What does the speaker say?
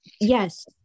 Yes